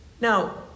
Now